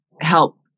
help